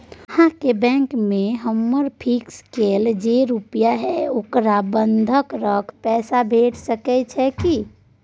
अहाँके बैंक में हमर फिक्स कैल जे रुपिया हय ओकरा बंधक रख पैसा भेट सकै छै कि?